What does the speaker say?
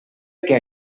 que